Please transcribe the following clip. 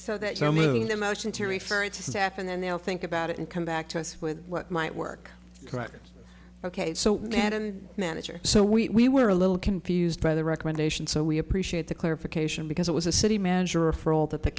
moving the motion to refer it to staff and then they'll think about it and come back to us with what might work right ok so madam manager so we were a little confused by the recommendation so we appreciate the clarification because it was a city manager for all that the